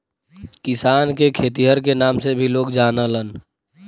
किसान के खेतिहर के नाम से भी लोग जानलन